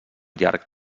llarg